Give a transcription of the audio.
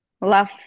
love